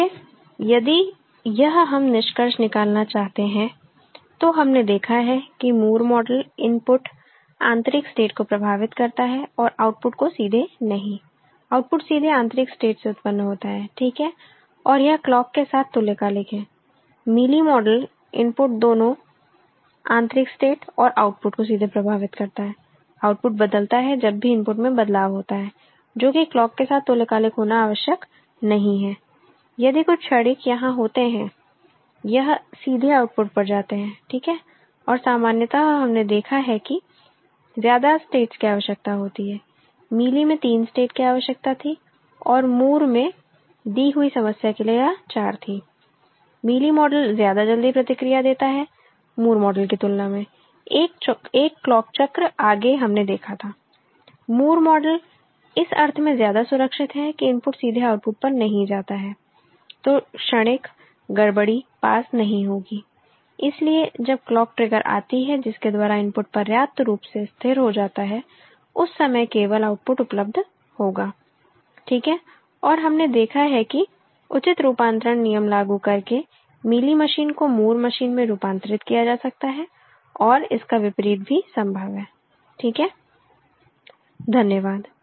इसलिए यदि यह हम निष्कर्ष निकालना चाहते हैं तो हमने देखा है कि मूर मॉडल इनपुट आंतरिक स्टेट को प्रभावित करता है और आउटपुट को सीधे नहीं आउटपुट सीधे आंतरिक स्टेट से उत्पन्न होता है ठीक है और यह क्लॉक के साथ तुल्यकालिक है मीली मॉडल इनपुट दोनों आंतरिक स्टेट और आउटपुट को सीधे प्रभावित करता है आउटपुट बदलता है जब भी इनपुट में बदलाव होता है जो कि क्लॉक के साथ तुल्यकालिक होना आवश्यक नहीं है यदि कुछ क्षणिक यहां होते हैं यह सीधे आउटपुट पर जाते हैं ठीक है और सामान्यतः हमने देखा है कि ज्यादा स्टेट्स की आवश्यकता होती है मीली में 3 स्टेट की आवश्यकता थी और मूर में दी हुई समस्या के लिए यह चार थी मीली मॉडल ज्यादा जल्दी प्रतिक्रिया देता है मूर मॉडल की तुलना में 1 क्लॉक चक्र आगे हमने देखा था मूर मॉडल इस अर्थ में ज्यादा सुरक्षित है कि इनपुट सीधे आउटपुट पर नहीं जाता है तो क्षणिक गड़बड़ी पास नहीं होगी इसलिए जब क्लॉक ट्रिगर आती है जिसके द्वारा इनपुट पर्याप्त रूप से स्थिर हो जाता है उस समय केवल आउटपुट उपलब्ध होगा ठीक है और हमने देखा है कि उचित रूपांतरण नियम लागू करके मीली मशीन को मूर मशीन में रूपांतरित किया जा सकता है और इसका विपरीत भी संभव है ठीक है धन्यवाद